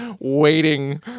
waiting